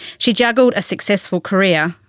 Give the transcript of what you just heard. she juggled a successful career,